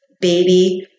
Baby